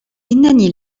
إنني